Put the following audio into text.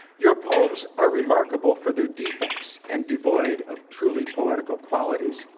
your poems are remarkable for their defects and devoid of truly poetic qualities,